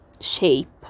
shape